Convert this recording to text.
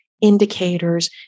indicators